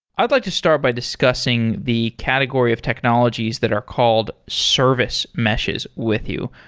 i'd like to start by discussing the category of technologies that are called service meshes with you.